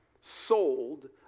sold